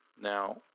Now